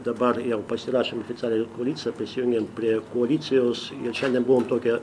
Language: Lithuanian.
dabar jau pasirašėm oficialiai koaliciją prisijungėm prie koalicijos ir šiandien buvom tokie